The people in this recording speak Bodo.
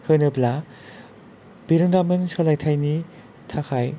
होनोब्ला बिरोंदामिन सोलायथायनि थाखाय